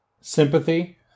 sympathy